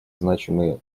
значимые